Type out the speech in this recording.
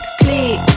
click